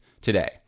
today